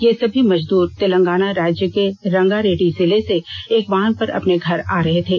ये सभी मजदूर तेलांगना राज्य के रंगारेड्डी जिले से एक वाहन पर अपने घर आ रहे थे